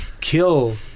kill